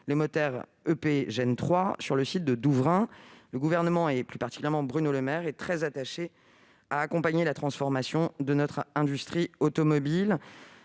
de moteurs EP, l'EP Gen 3, sur le site de Douvrin. Le Gouvernement, et plus particulièrement Bruno Le Maire, est résolu à accompagner la transformation de notre secteur automobile.